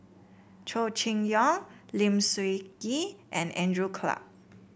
Chow Chee Yong Lim Sun Gee and Andrew Clarke